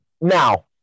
now